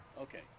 Okay